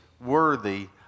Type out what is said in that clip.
worthy